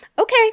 okay